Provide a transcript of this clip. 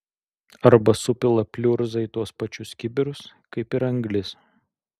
arba supila pliurzą į tuos pačius kibirus kaip ir anglis